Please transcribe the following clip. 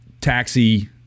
taxi